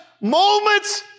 moments